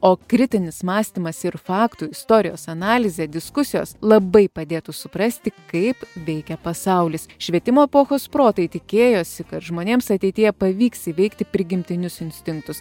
o kritinis mąstymas ir faktų istorijos analizė diskusijos labai padėtų suprasti kaip veikia pasaulis švietimo epochos protai tikėjosi kad žmonėms ateityje pavyks įveikti prigimtinius instinktus